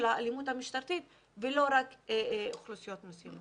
האלימות המשטרתית ולא רק אוכלוסיות מסוימות.